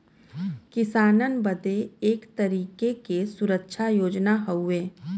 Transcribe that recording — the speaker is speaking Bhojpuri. किसानन बदे एक तरीके के सुरक्षा योजना हउवे